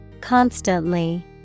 Constantly